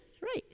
Right